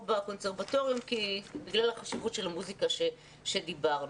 בקונסרבטוריון בגלל החשיבות של המוסיקה שדיברנו.